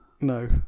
No